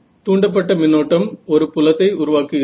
தூண்டப்பட்ட மின்னோட்டம் ஒரு புலத்தை உருவாக்குகிறது